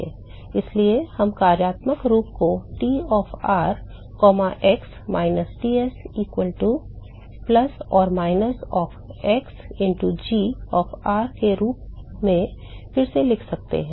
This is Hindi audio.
इसलिए हम कार्यात्मक रूप को T of r comma x minus Ts equal to plus or minus f of x into g of r के रूप में फिर से लिख सकते हैं